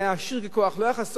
לא היה חסר לו שום דבר,